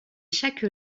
chaque